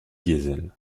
diesel